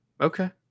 Okay